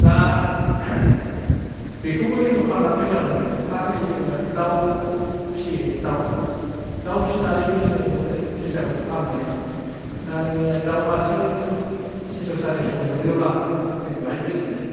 दा बेखौबो जोङो फाननानै फैसा मोनबाय आरो नै जोङो दाव फिसियो दाव दाव फिसिनानैबो जोङो मोनो फैसाखौ फाननानै दा नोङो दाव मासेआव जिदु थिनस' सारिस' मोनोबा जों बाहायबो एसे